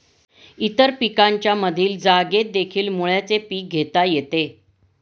इतर पिकांच्या मधील जागेतदेखील मुळ्याचे पीक घेता येते